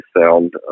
sound